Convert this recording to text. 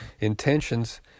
Intentions